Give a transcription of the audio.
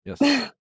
Yes